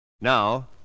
Now